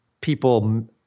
people